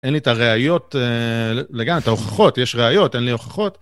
אין לי את הראיות לגמ..., את ההוכחות, יש ראיות, אין לי הוכחות.